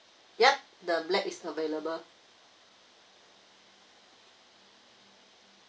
yup the black is available